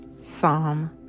Psalm